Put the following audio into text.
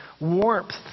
warmth